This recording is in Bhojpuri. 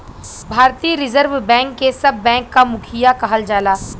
भारतीय रिज़र्व बैंक के सब बैंक क मुखिया कहल जाला